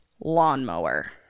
lawnmower